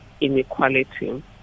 inequality